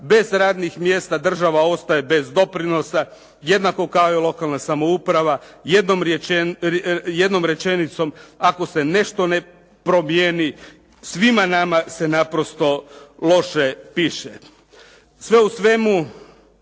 bez radnih mjesta država ostaje bez doprinosa jednako kao i lokalna samouprava. Jednom rečenicom ako se nešto ne promijeni svima nama se naprosto loše piše. Sve u svemu